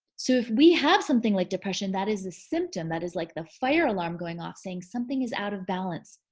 so if we have something like depression that is a symptom that is like the fire alarm going off saying, something is out of balance.